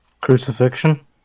Crucifixion